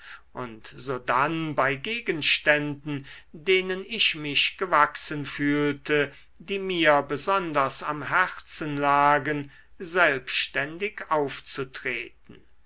und sodann bei gegenständen denen ich mich gewachsen fühlte die mir besonders am herzen lagen selbständig aufzutreten